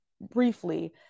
briefly